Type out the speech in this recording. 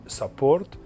support